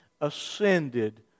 ascended